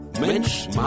Mensch